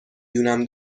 دونم